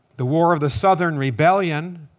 the war of the southern rebellion,